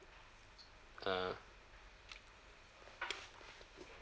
(uh huh)